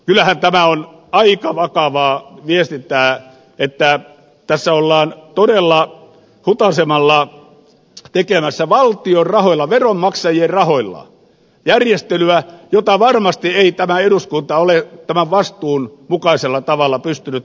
kyllähän tämä on aika vakavaa viestintää että tässä ollaan todella hutaisemalla tekemässä valtion rahoilla veronmaksajien rajoilla järjestelyä jota varmasti ei tämä eduskunta ole tämän vastuun mukaisella tavalla pystynyt käymään läpi